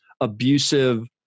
abusive